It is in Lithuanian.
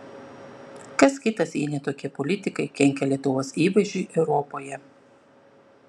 kas kitas jei ne tokie politikai kenkia lietuvos įvaizdžiui europoje